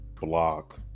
block